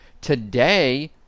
Today